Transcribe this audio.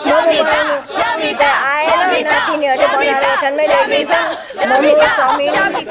मोमो बनाउनु चाहिँ आएन नातिनीहरूले बनाएर ओछ्यानमै ल्याइदिन्छन् मोमो चाउमिन